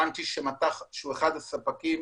הבנתי שמט"ח, אחד הספקים